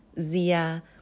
Zia